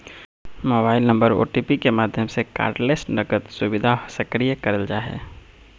mobile number OTP के माध्यम से कार्डलेस नकद सुविधा सक्रिय करल जा हय